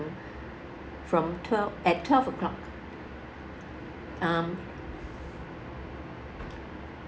from twelve at twelve o'clock um